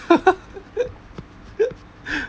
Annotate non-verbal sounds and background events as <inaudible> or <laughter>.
<laughs>